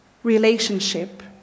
relationship